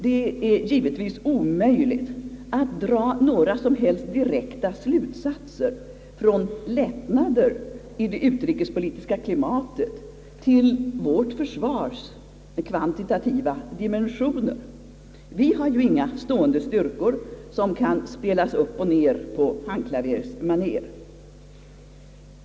Det är givetvis omöjligt att dra några som helst direkta slutsatser från lätt nader i det utrikespolitiska klimatet till vårt försvars kvantitativa dimensioner. Vi har ju inga stående styrkor, som kan spelas upp och ner på handklavermanér.